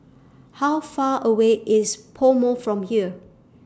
How Far away IS Pomo from here